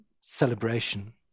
celebration